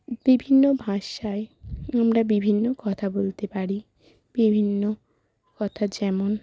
বিভিন্ন ভাষায় আমরা বিভিন্ন কথা বলতে পারি বিভিন্ন কথা যেমন